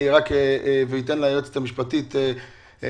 אני אתן ליועצת המשפטית לומר.